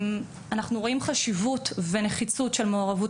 אנחנו רואים חשיבות ונחיצות של מעורבות